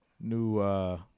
new